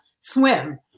swim